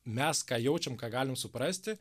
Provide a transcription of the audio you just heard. mes ką jaučiam ką galim suprasti